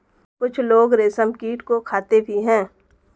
कुछ लोग रेशमकीट को खाते भी हैं